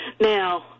now